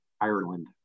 Ireland